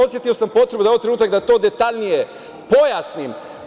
Osetio sam potrebu da je ovo trenutak da to detaljnije pojasnim.